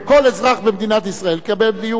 כל אזרח במדינת ישראל יקבל דיור.